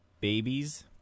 babies